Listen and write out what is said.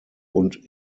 und